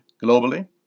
globally